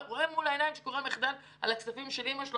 רואה מול העיניים שקורה מחדל על הכספים של אימא שלו,